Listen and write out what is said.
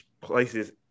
places